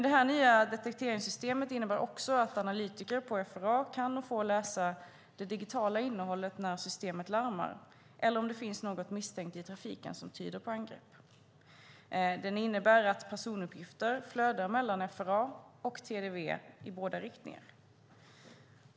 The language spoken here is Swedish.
Detta nya detekteringssystem innebär också att analytiker på FRA kan och får läsa det digitala innehållet när systemet larmar eller om det finns något misstänkt i trafiken som tyder på angrepp. Det innebär att personuppgifter flödar mellan FRA och TDV i båda riktningar.